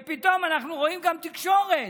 ופתאום אנחנו רואים בתקשורת,